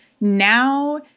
now